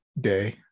day